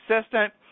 assistant